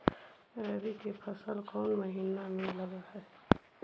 रबी की फसल कोन महिना में लग है?